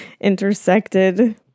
intersected